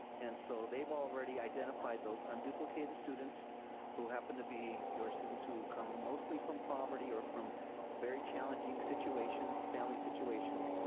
and so they've already identified those unduplicated students who happen to be your students who come mostly from poverty or from very challenging situations, family situations,